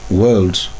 worlds